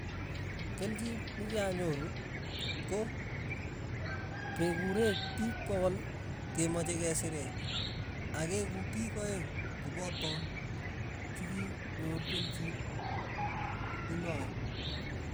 Kelchin nekianyoru ko kekurech piik pokol kemache kesirech, akeeku pik eng' kopaton chikinyor kelchin nenoe.